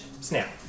snap